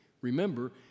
Remember